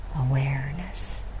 awareness